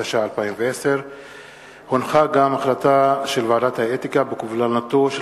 התש"ע 2010. החלטת ועדת האתיקה בקובלנתו של